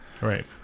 right